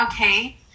okay